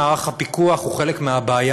מערך הפיקוח הוא חלק מהבעיה,